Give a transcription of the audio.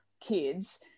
kids